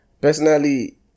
Personally